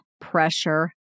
pressure